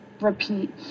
repeat